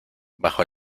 bajo